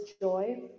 joy